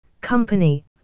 company